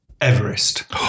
Everest